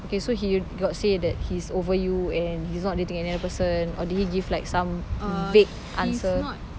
okay so he got say that he's over you and he's not dating another person or did he give like some vague answer